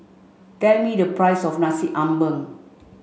tell me the price of Nasi Ambeng